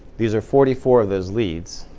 these are forty four of those leads.